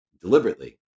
deliberately